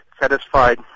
satisfied